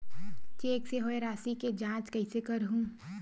Cheque से होए राशि के जांच कइसे करहु?